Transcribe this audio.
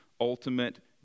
ultimate